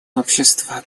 общество